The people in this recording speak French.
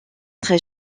très